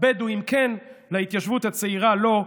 לבדואים כן, להתיישבות הצעירה לא.